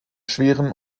schweren